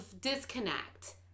disconnect